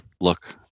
look